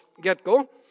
get-go